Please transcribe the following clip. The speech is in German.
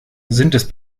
sind